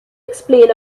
explain